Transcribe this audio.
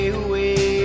away